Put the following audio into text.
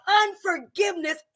unforgiveness